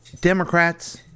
Democrats